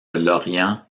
lorient